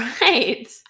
right